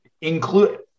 include